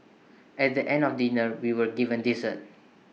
at the end of dinner we were given dessert